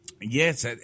Yes